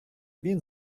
він